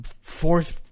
force